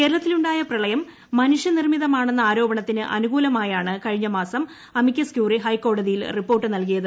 കേരളത്തിലുണ്ടായ പ്രളയം മനുഷ്യനിർമിതമാണെന്ന ആരോപണത്തിന് അനുകൂലമായാണ് കഴിഞ്ഞ മാസം അമിക്കസ്ക്യൂറി ഹൈക്കോടതിയിൽ റിപ്പോർട്ട് നൽകിയത്